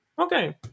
Okay